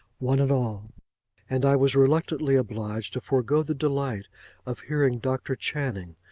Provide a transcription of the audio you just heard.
one and all and i was reluctantly obliged to forego the delight of hearing dr. channing,